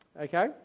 Okay